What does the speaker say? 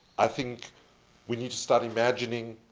i think we need to start imagining,